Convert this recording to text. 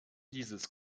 dieses